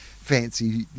fancy